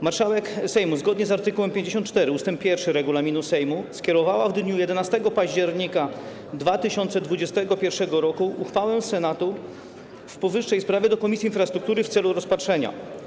Marszałek Sejmu, zgodnie z art. 54 ust. 1 regulaminu Sejmu, skierowała w dniu 11 października 2021 r. uchwałę Senatu w powyższej sprawie do Komisji Infrastruktury w celu rozpatrzenia.